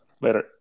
Later